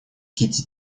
кити